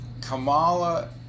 Kamala